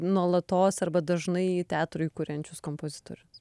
nuolatos arba dažnai teatrui kuriančius kompozitorius